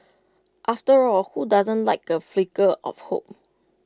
after all who doesn't like A flicker of hope